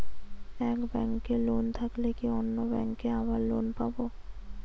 এক ব্যাঙ্কে লোন থাকলে কি অন্য ব্যাঙ্কে আবার লোন পাব?